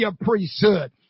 priesthood